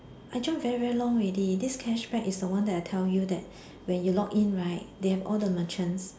I join very very long already this cashback is the one I tell you that when you log in right they have all the merchants